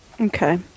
Okay